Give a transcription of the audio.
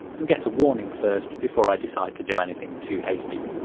and get a warning first before i decide to do anything too hasty.